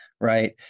right